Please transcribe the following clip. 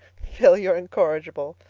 phil you're incorrigible.